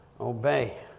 Obey